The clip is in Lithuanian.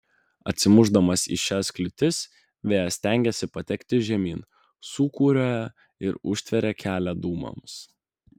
atsimušdamas į šias kliūtis vėjas stengiasi patekti žemyn sūkuriuoja ir užtveria kelią dūmams